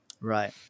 right